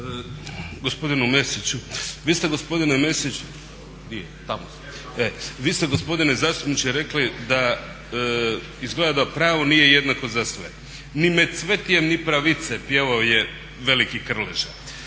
Gospodinu Mesiću. Vi te gospodine Mesić, di je, tamo ste, vi ste gospodine zastupniče rekli da izgleda da pravo nije jednako za sve, "Ni med cvetjem ni pravice" pjevao je veliki Krleža,